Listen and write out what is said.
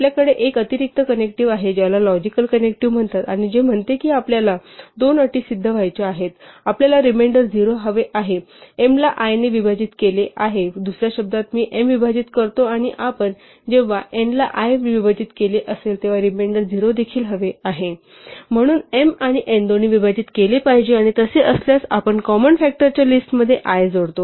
आपल्याकडे एक अतिरिक्त कनेक्टिव्ह आहे त्याला लॉजिकल कनेक्टिव्ह म्हणतात आणि जे म्हणते की आपल्याला दोन अटी सिद्ध व्हायच्या आहेत आपल्याला रिमेंडर 0 हवे आहे m ला i ने विभाजित केले आहे दुसऱ्या शब्दात मी m विभाजित करतो आणि आपण जेव्हा n ला i ने विभाजित केले असेल तेव्हा रिमेंडर 0 देखील हवे आहे म्हणून मी m आणि n दोन्ही विभाजित केले पाहिजे आणि तसे असल्यास आपण कॉमन फ़ॅक्टरच्या लिस्टमध्ये i जोडतो